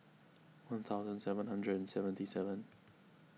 one thousand seven hundred and seventy seven